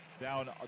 Down